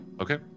okay